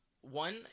one